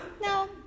no